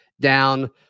down